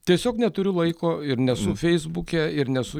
tiesiog neturiu laiko ir nesu feisbuke ir nesu